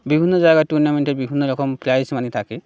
বিভিন্ন জায়গায় টুর্নামেন্টের বিভিন্ন রকম প্রাইস মানি থাকে